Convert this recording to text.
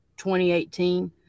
2018